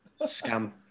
Scam